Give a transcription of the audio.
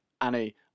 Annie